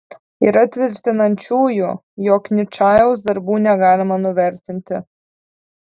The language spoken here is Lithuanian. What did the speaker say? yra tvirtinančiųjų jog ničajaus darbų negalima nuvertinti